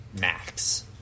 max